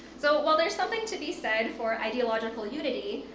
so while there's something to be said for ideological unity,